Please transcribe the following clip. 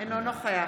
אינו נוכח